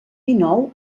dinou